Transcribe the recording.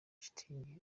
shitingi